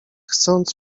chcąc